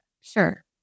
Sure